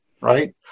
right